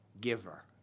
giver